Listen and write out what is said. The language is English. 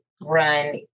run